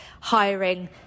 hiring